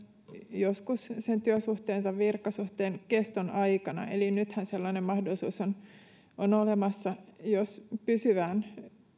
joskus myös sen työsuhteen tai virkasuhteen keston aikana eli nythän sellainen mahdollisuus on olemassa jos pysyvään työ